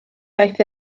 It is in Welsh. iaith